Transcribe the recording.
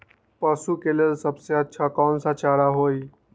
पशु के लेल सबसे अच्छा कौन सा चारा होई?